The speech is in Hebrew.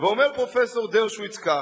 ואומר פרופסור דרשוביץ כך: